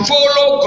Follow